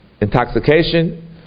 intoxication